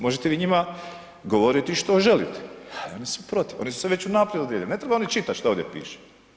Možete vi njima govoriti što želite, a oni su protiv, oni su se već unaprijed … ne trebaju oni čitati šta ovdje piše.